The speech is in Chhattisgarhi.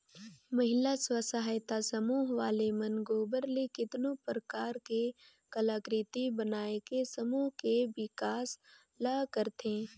महिला स्व सहायता समूह वाले मन गोबर ले केतनो परकार के कलाकृति बनायके समूह के बिकास ल करथे